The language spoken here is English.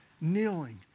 kneeling